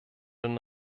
den